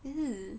!eww!